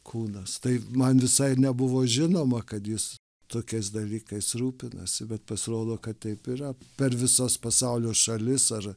kūnas tai man visai nebuvo žinoma kad jis tokiais dalykais rūpinasi bet pasirodo kad taip yra per visas pasaulio šalis ar